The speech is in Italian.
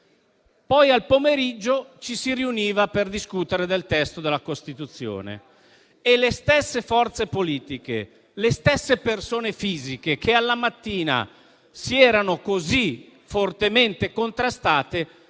Poi, al pomeriggio, ci si riuniva per discutere del testo della Costituzione e le stesse forze politiche, le stesse persone fisiche che alla mattina si erano così fortemente contrastate